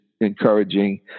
encouraging